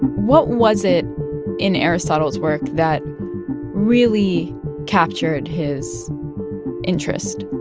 what was it in aristotle's work that really captured his interest?